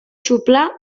xuplar